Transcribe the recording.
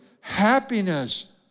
Happiness